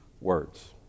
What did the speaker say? words